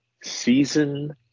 season